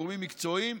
גורמים מקצועיים.